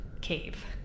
cave